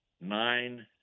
nine